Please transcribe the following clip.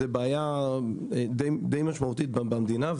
זו בעיה דיי משמעותית במדינה,